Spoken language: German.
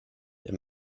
der